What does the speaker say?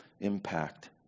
impact